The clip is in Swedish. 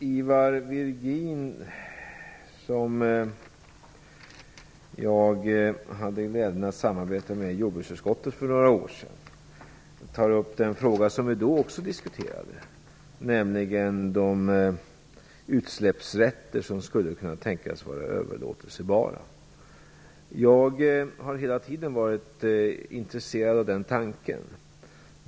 Ivar Virgin, som jag hade glädjen att samarbeta med i jordbruksutskottet för några år sedan, tar upp den fråga som vi då också diskuterade, nämligen de utsläppsrätter som skulle kunna tänkas vara överlåtelsebara. Jag har hela tiden varit intresserad av den tanken.